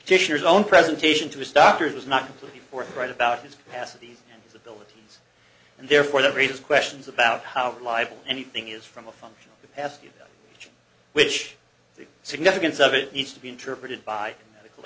kitchener's own presentation to his doctors was not completely forthright about his capacity as abilities and therefore that raises questions about how reliable anything is from a functional the past which the significance of it needs to be interpreted by